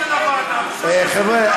חבר'ה.